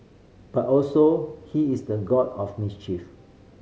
but also he is the god of mischief